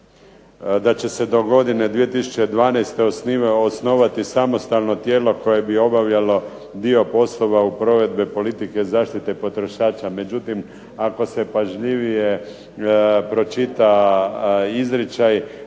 da će se do godine 2012. osnovati samostalno tijelo koje bi obavljalo dio poslova provedbe politike zaštite potrošača. Međutim, ako se pažljivije pročita izričaj